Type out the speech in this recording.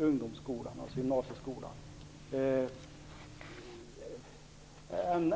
gymnasieskolan.